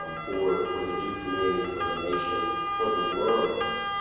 um for for the duke community, for the nation, for the world.